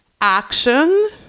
action